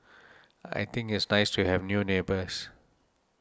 I think it's nice to have new neighbours